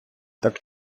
так